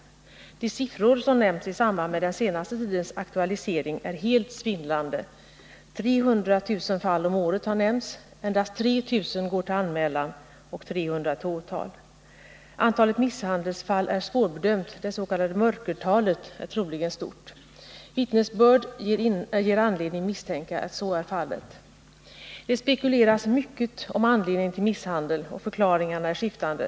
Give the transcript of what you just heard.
De siffror som nämnts i samband med den senaste tidens aktualisering är helt svindlande. 300 000 fall om året har nämnts. Endast 3 000 fall går till anmälan och 300 till åtal. Antalet misshandelsfall är svårbedömt. Det s.k. mörkertalet är troligen stort. Vittnesbörd ger anledning misstänka att så är fallet. Det spekuleras mycket om anledningarna till misshandel, och förklaringarna är skiftande.